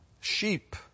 sheep